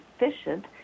efficient